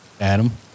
Adam